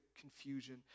confusion